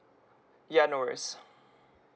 ya no worries